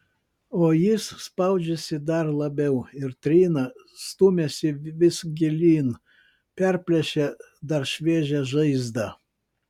o jis spaudžiasi dar labiau ir trina stumiasi vis gilyn perplėšia dar šviežią žaizdą